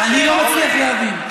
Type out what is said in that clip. אני לא מצליח להבין.